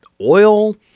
oil